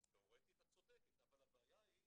תיאורטית את צודקת אבל הבעיה היא